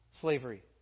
slavery